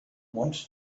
want